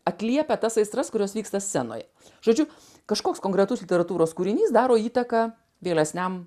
atliepia tas aistras kurios vyksta scenoj žodžiu kažkoks konkretus literatūros kūrinys daro įtaką vėlesniam